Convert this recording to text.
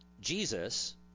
Jesus